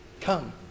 Come